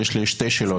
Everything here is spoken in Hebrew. יש לי שתי שאלות.